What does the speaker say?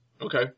Okay